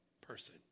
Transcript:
person